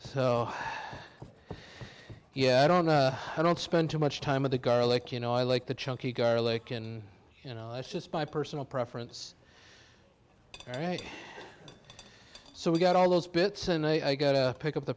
so yeah i don't know i don't spend too much time with the garlic you know i like the chunky garlic and you know it's just my personal preference right so we got all those bits and i got to pick up the